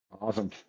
awesome